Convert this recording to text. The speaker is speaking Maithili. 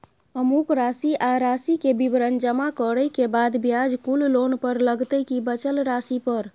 अमुक राशि आ राशि के विवरण जमा करै के बाद ब्याज कुल लोन पर लगतै की बचल राशि पर?